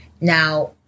Now